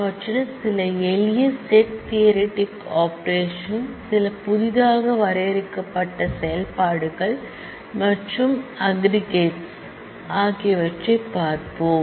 அவற்றில் சில எளிய செட் தியாரெடிக் ஆபரேஷன் சில புதிதாக வரையறுக்கப்பட்ட செயல்பாடுகள் மற்றும் நாங்கள் அக்ரிகடர்ஸ் பார்க்கிறோம்